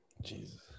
Jesus